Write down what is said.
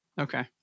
Okay